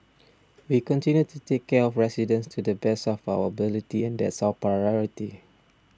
we continue to take care of residents to the best of our ability and that's our priority